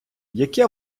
яке